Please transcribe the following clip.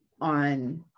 on